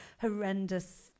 horrendous